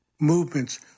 movements